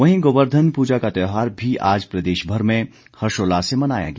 वहीं गोवर्धन पूजा का त्यौहार भी आज प्रदेशभर में हर्षोल्लास से मनाया गया